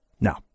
Now